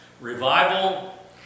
Revival